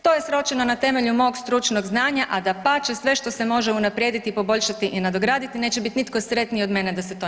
To je sročeno na temelju mog stručnog znanja, a dapače sve što se može unaprijediti i poboljšati i nadograditi neće biti nitko sretniji od mene da se to i